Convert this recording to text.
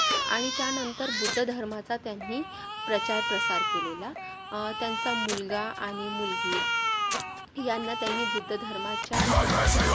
आणि त्यानंतर बुद्ध धर्माचा त्यांनी प्रचार प्रसार केलेला त्यांचा मुलगा आणि मुलगी यांना त्यांनी बुद्ध धर्माच्या